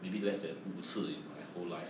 maybe less then 五次 in my whole life